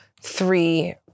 three